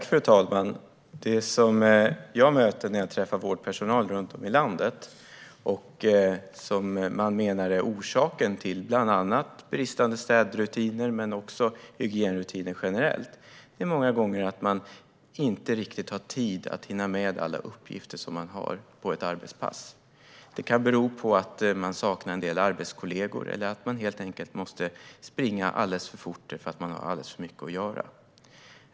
Fru talman! När jag träffar vårdpersonal runt om i landet menar de att orsaken till bland annat bristande städrutiner, men även hygienrutiner generellt, många gånger är att de inte riktigt har tid att hinna med alla uppgifter som finns på ett arbetspass. Det kan bero på att en del arbetskollegor saknas eller att de helt enkelt måste springa alldeles för fort för att de har för mycket att göra.